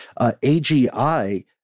AGI